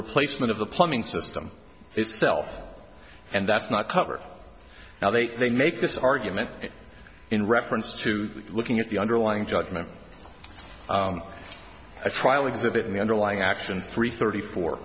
replacement of the plumbing system itself and that's not covered now they make this argument in reference to looking at the underlying judgement it's a trial exhibit in the underlying action three thirty four